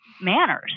manners